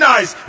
Nice